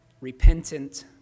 repentant